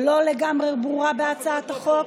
שלא לגמרי ברורה בהצעת החוק,